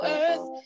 earth